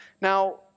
Now